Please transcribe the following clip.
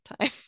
time